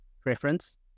Preference